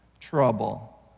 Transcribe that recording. trouble